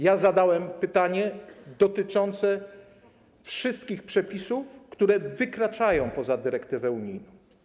Ja zadałem pytanie dotyczące wszystkich przepisów, które wykraczają poza dyrektywę unijną.